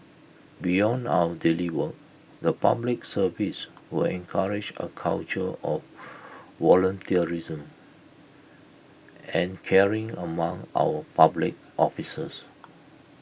beyond our daily work the Public Service will encourage A culture of volunteerism and caring among our public officers